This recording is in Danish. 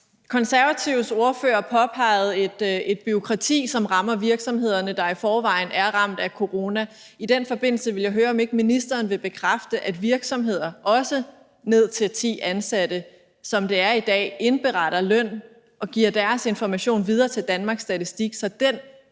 Konservatives ordfører påpegede et bureaukrati, som rammer virksomhederne, der i forvejen er ramt af corona. I den forbindelse vil jeg høre, om ikke ministeren vil bekræfte, at virksomheder, også ned til ti ansatte, sådan som det er i dag, indberetter løn og giver deres information videre til Danmarks Statistik, så det